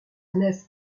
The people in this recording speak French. nef